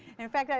in fact,